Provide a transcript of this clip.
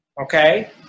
okay